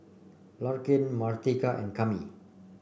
Larkin Martika and Kami